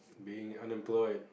being unemployed